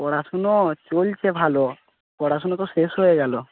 পড়াশুনো চলছে ভালো পড়াশুনো তো শেষ হয়ে গেলো